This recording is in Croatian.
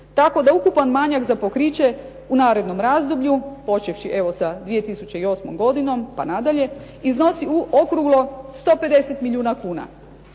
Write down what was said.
tako da ukupan manjak za pokriće u narednom razdoblju počevši evo sa 2008. godinom pa nadalje iznosi okruglo 150 milijuna kuna.